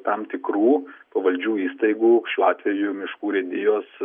tam tikrų pavaldžių įstaigų šiuo atveju miškų urėdijos